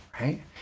right